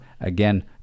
Again